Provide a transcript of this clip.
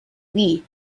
wii